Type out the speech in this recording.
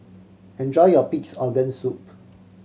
enjoy your Pig's Organ Soup